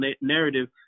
narrative